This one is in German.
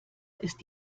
ist